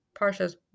Parsha's